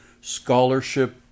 scholarship